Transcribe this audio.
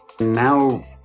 Now